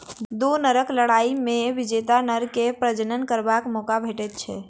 दू नरक लड़ाइ मे विजेता नर के प्रजनन करबाक मौका भेटैत छै